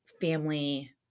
family